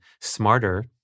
smarter